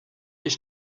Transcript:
ich